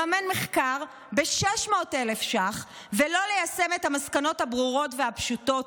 לממן מחקר ב-600,000 ש"ח ולא ליישם את המסקנות הברורות והפשוטות,